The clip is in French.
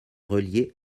reliée